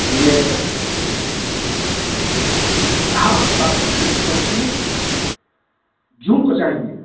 یہ ہاں ہاں بتا رہے ہیں پچیس جون کو چاہیے